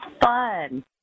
fun